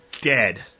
dead